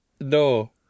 No